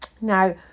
Now